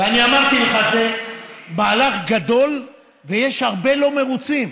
ואני אמרתי לך, זה מהלך גדול, ויש הרבה לא מרוצים.